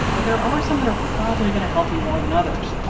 but there are some that are probably going to help you more than others.